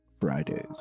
fridays